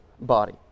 body